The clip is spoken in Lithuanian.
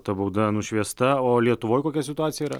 ta bauda nušviesta o lietuvoj kokia situacija yra